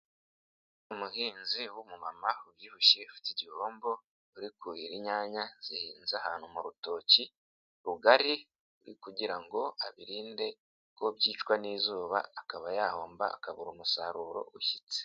Umuhinzi w'umumama, ubyibushye ufite igihombo, uri kuhira inyanya zihinze ahantu mu rutoki, rugari kugira ngo abirinde ko byicwa n'izuba, akaba yahomba, akabura umusaruro ushyitse.